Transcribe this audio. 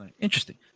Interesting